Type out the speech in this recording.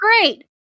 Great